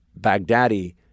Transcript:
Baghdadi